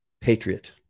Patriot